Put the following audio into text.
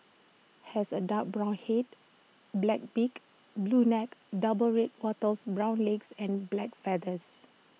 has A dark brown Head black beak blue neck double red wattles brown legs and black feathers